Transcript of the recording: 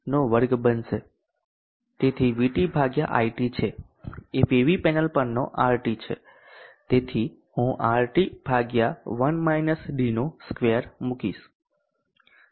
તેથી VT ભાગ્યા IT છે એ પીવી પેનલ પરનો RT છે તેથી હું RT ભાગ્યા 1 - d નો સ્ક્વેર મુકીશ